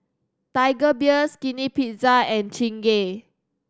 Tiger Beer Skinny Pizza and Chingay